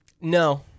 No